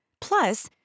Plus